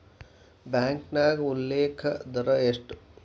ಬ್ಯಾಂಕ್ನ್ಯಾಗ ಉಲ್ಲೇಖ ದರ ಎಷ್ಟ